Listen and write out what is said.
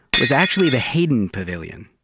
was actually the hayden pavilion.